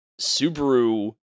Subaru